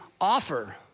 offer